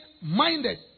minded